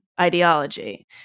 ideology